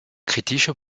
kritische